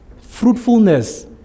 Fruitfulness